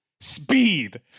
speed